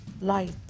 light